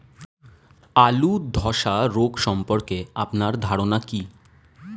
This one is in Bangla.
আলু ধ্বসা রোগ সম্পর্কে আপনার ধারনা কী?